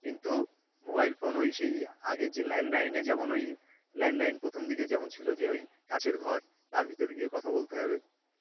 কিন্তু mobile phone ওই সেই আগে যে ল্যান্ডলাইনে যেমন ওই ল্যান্ডলাইন প্রথম দিকে যেমন ছিলো যে ওই কাচের ঘর তার ভিতর গিয়ে কথা বলতে হবে